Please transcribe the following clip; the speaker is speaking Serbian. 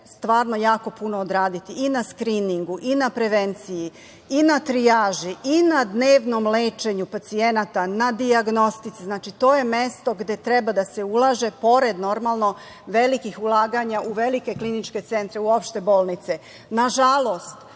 stvarno jako puno odraditi i na skriningu i na prevenciji i na trijaži i na dnevnog lečenju pacijenata, na dijagnostici. Znači, to je mesto gde treba da se ulaže, pored naravno velikih ulaganja u velike kliničke centre, u opšte bolnice. Nažalost,